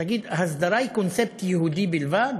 תגיד, הסדרה היא קונספט יהודי בלבד?